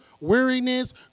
weariness